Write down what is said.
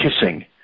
kissing